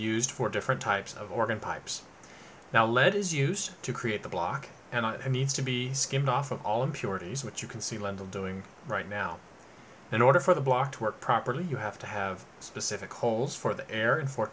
used for different types of organ pipes now lead is used to create the block and i need to be skimmed off of all impurities which you can see lendl doing right now in order for the block to work properly you have to have specific holes for the air and fo